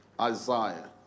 Isaiah